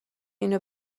اینو